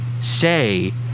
Say